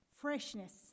freshness